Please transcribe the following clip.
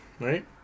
Right